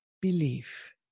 belief